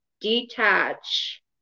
detach